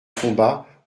combat